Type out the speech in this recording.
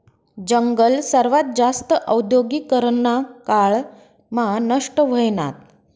जंगल सर्वात जास्त औद्योगीकरना काळ मा नष्ट व्हयनात